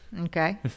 Okay